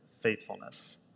faithfulness